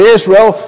Israel